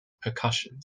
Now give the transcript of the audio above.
percussion